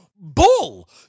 Bull